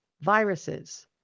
viruses